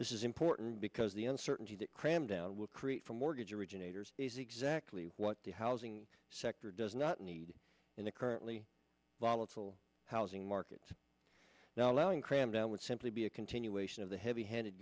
this is important because the uncertainty that cram down will create for mortgage originators is exactly what the housing sector does not need in the currently volatile housing market now allowing cram down would simply be a continuation of the heavy handed